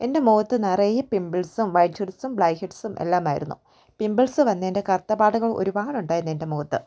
എൻ്റെ മുഖത്ത് നിറയെ പിമ്പിൾസും വൈറ്റ് ഹെഡ്സും ബ്ലാക്ക് ഹെഡ്സം എല്ലാം ആയിരുന്നു പിമ്പിൾസ് വന്നതിൻ്റെ കറുത്ത പാടുകൾ ഒരുപാടുണ്ടായിരുന്നു എൻ്റെ മുഖത്ത്